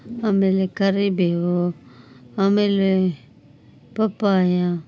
ಆಮೇಲೆ ಕರಿಬೇವು ಆಮೇಲೆ ಪಪ್ಪಾಯ